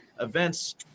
events